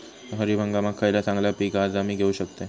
खरीप हंगामाक खयला चांगला पीक हा जा मी घेऊ शकतय?